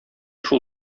шул